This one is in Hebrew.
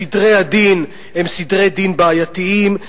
סדרי הדין הם סדרי דין בעייתיים.